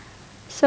so macam